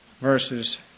Verses